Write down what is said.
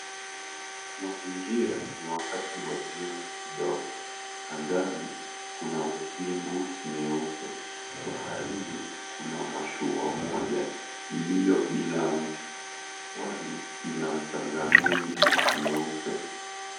Mazingira ni wakati wa jioni kidogo, angani kuna mawingu meupe baharini kuna mashua moja iliyo bila mtu pwani ina mchanga mwingi.